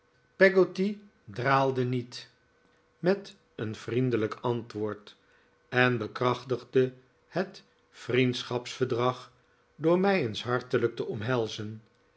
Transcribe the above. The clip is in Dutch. peggotty draalde niet met een vriendelijk antwoord en bekrachtigde het vriendschapsverdrag door mij eens hartelijk te omhelzen